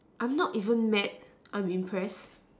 I'm not even mad I'm impressed